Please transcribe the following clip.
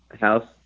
house